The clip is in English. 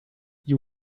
you